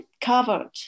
covered